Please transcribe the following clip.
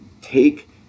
take